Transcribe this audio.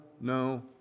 no